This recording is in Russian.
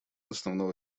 основного